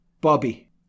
Bobby